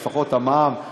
לפחות את המע"מ,